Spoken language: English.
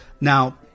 now